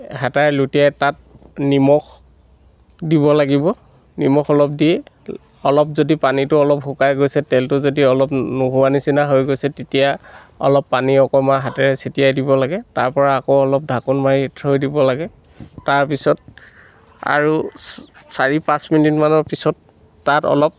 হেতাৰে লুটিয়াই তাত নিমখ দিব লাগিব নিমখ অলপ দি অলপ যদি পানীটো অলপ শুকাই গৈছে তেলটো যদি অলপ নোহোৱা নিচিনা হৈ গৈছে তেতিয়া অলপ পানী অকণমান হাতেৰে চটিয়াই দিব লাগে তাৰপৰা আকৌ অলপ ঢাকোন মাৰি থৈ দিব লাগে তাৰপিছত আৰু চাৰি পাঁচ মিনিটমানৰ পিছত তাত অলপ